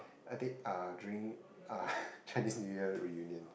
headache uh drink uh Chinese-New-Year reunion